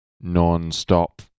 non-stop